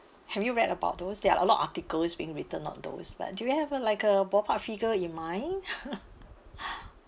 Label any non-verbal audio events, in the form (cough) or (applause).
have you read about those there are a lot articles being written on those but do you have a like a ballpark figure in mind (laughs) (breath)